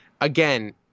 again